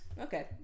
Okay